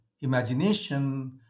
imagination